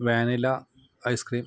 vanilla ice cream